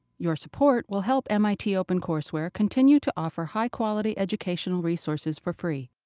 your support will help mit opencourseware continue to offer high-quality educational resources for free.